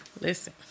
listen